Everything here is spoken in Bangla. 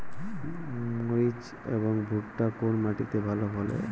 মরিচ এবং ভুট্টা কোন মাটি তে ভালো ফলে?